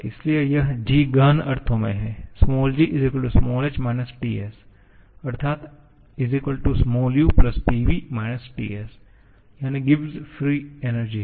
इसलिए यह G गहन अर्थों में है g h − Ts अर्थात u pv − Ts यानी गिब्स मुक्त ऊर्जा है